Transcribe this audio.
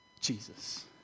Jesus